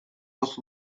was